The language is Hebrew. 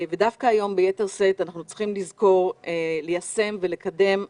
ודווקא היום ביתר שאת אנחנו צריכים לזכור ליישם ולקדם חמלה,